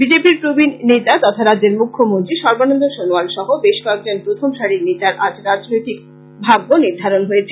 বিজেপির প্রবীণ নেতা তথা মুখ্যমন্ত্রী সর্বানন্দ সনোয়াল সহ বেশ কয়েকজন প্রথমসারির নেতার আজ রাজনৈতিক ভাগ্য নির্ধারণ হয়েছে